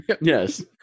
Yes